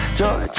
joy